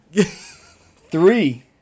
Three